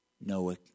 Noah